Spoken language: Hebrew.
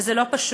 וזה לא פשוט,